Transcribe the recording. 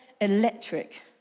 electric